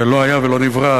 ולא היה ולא נברא.